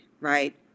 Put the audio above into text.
right